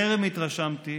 טרם התרשמתי